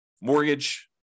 mortgage